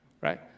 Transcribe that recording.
right